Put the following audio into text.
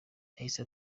yahise